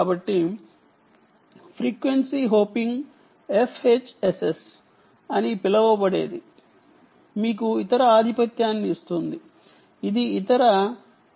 కాబట్టి frequency hopping FHSS అని పిలవబడేది మీకు ఇతర ఆధిపత్యాన్ని ఇస్తుంది ఇది ఇతర 2